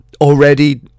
already